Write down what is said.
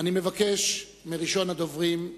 אני מבקש מראשון הדוברים,